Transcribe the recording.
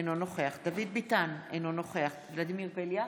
אינו נוכח דוד ביטן, אינו נוכח ולדימיר בליאק,